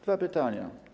Dwa pytania.